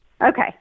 Okay